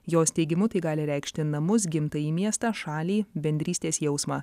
jos teigimu tai gali reikšti namus gimtąjį miestą šalį bendrystės jausmą